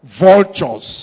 vultures